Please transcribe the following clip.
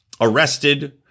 arrested